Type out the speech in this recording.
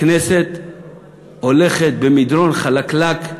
הכנסת הולכת במדרון חלקלק,